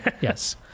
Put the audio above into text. yes